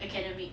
academic